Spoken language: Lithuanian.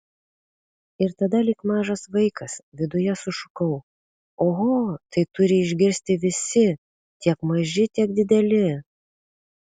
ir tada lyg mažas vaikas viduje sušukau oho tai turi išgirsti visi tiek maži tiek dideli